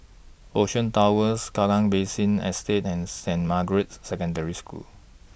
Ocean Towers Kallang Basin Estate and Saint Margaret's Secondary School